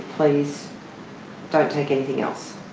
please don't take anything else.